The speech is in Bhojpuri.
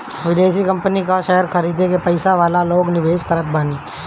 विदेशी कंपनी कअ शेयर खरीद के पईसा वाला लोग निवेश करत बाने